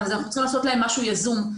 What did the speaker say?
אנחנו צריכים לעשות להם משהו יזום,